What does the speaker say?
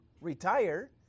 retire